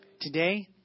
today